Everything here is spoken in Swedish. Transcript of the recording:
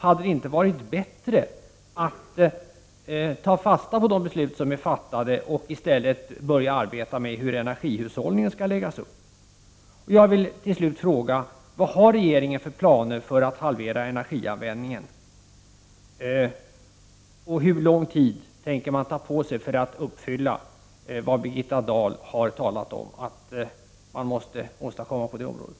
Hade det inte varit bättre att ta fasta på de beslut som är fattade och i stället börja arbeta med hur energihushållningen skall läggas upp? Jag vill till slut fråga: Vilka planer har regeringen för att halvera energianvändningen, och hur lång tid tänker man ta på sig för att uppfylla det som Birgitta Dahl har talat om att man måste åstadkomma på det området?